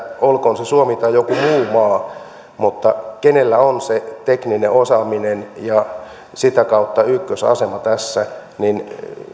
olkoon se suomi tai joku muu maa mutta jos se kenellä on se tekninen osaaminen ja sitä kautta ykkösasema tässä on suomi niin